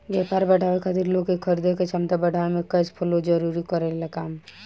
व्यापार बढ़ावे खातिर लोग के खरीदे के क्षमता बढ़ावे में कैश फ्लो जरूरी काम करेला